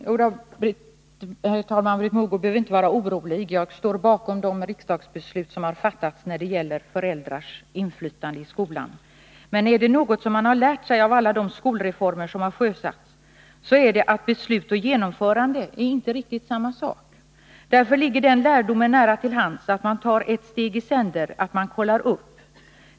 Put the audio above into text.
Herr talman! Britt Mogård behöver inte vara orolig — jag står bakom de riksdagsbeslut som har fattats när det gäller föräldrainflytande i skolan. Men är det något som man har lärt sig av alla de skolreformer som har sjösatts, så är det att beslut och genomförande inte är riktigt samma sak. Därför ligger den lärdomen nära till hands att man tar ett steg i sänder, att man kollar upp.